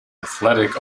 athletic